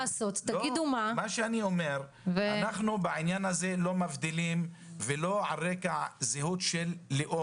אנחנו בעניין הזה לא מבדילים ולא על רקע זהות של לאום.